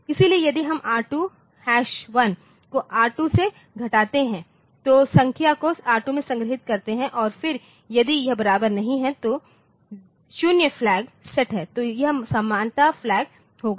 इसलिए यदि हम R21 को R2 से घटाते हैं और संख्या को R2 में संग्रहीत करते हैं और फिर यदि यह बराबर नहीं है तो 0 फ्लैग सेट है तो यह समानता फ्लैग होगा